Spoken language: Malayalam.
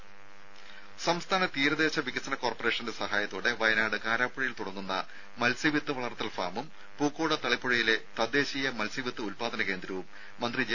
രുമ സംസ്ഥാന തീരദേശ വികസന കോർപ്പറേഷന്റെ സഹായത്തോടെ വയനാട് കാരാപ്പുഴയിൽ തുടങ്ങുന്ന മത്സ്യവിത്ത് വളർത്തൽ ഫാമും പൂക്കോട് തളിപ്പുഴയിലെ തദ്ദേശീയ മത്സ്യവിത്ത് ഉല്പാദന കേന്ദ്രവും മന്ത്രി ജെ